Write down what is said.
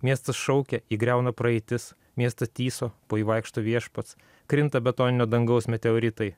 miestas šaukia jį griauna praeitis miestas tįso po jį vaikšto viešpats krinta betoninio dangaus meteoritai